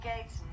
Gates